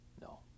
No